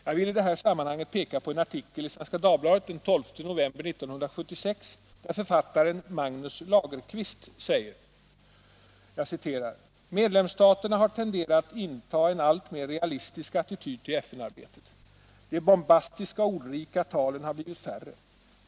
Jag vill i det här sammanhanget peka på en artikel i Svenska Dagbladet den 12 november 1976, där Magnus Lagerkvist skriver: ”Medlemsstaterna har tenderat att successivt inta en alltmer realistisk attityd till FN-arbetet. De bombastiska och ordrika talen har blivit färre.